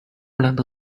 兰德